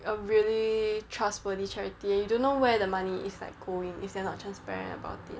a really trustworthy charity you don't know where the money is like going if they're not transparent about it